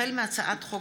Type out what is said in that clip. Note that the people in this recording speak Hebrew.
החל בהצעת חוק